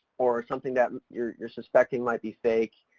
or something that you're you're suspecting might be fake,